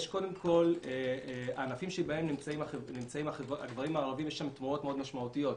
יש ענפים שבהם נמצאים הגברים הערבים ויש שם תמורות משמעותיות מאוד.